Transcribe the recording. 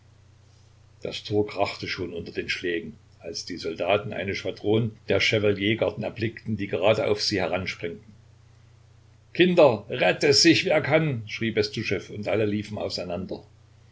das tor krachte schon unter den schlägen als die soldaten eine schwadron der chevaliergarden erblickten die gerade auf sie heransprengten kinder rette sich wer kann schrie bestuschew und alle liefen auseinander